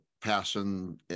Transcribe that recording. passion